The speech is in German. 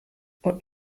und